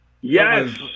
Yes